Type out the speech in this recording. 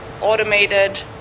automated